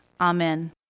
Amen